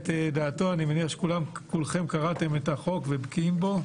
אני מניח שכולכם קראתם את החוק, ובקיאים בו.